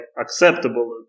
acceptable